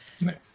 Nice